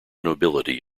nobility